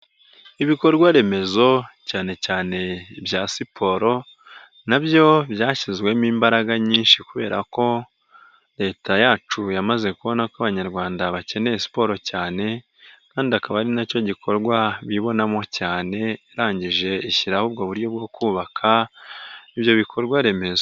Ibikorwa remezo cyane cyane ibya siporo na byo byashyizwemo imbaraga nyinshi kubera ko leta yacu yamaze kubona ko abanyarwanda bakeneye siporo cyane kandi akaba ari nacyo gikorwa bibonamo cyane irangije ishyiraho ubwo buryo bwo kubaka ibyo bikorwa remezo.